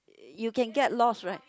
you can get lost right